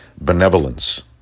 Benevolence